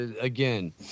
Again